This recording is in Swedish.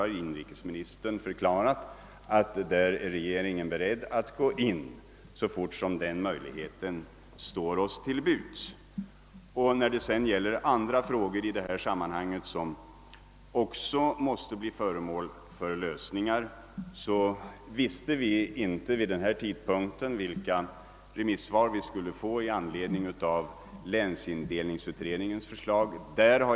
Inrikesministern har förklarat att regeringen är beredd att vidta åtgärder så fort den möjligheten står till buds. Beträffande andra frågor i detta sammanhang som också måste lösas visste vi vid den tidpunkten inte vilka remisssvar vi skulle få i anledning av länsindelningsutredningens förslag.